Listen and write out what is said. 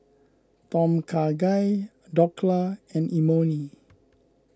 Tom Kha Gai Dhokla and Imoni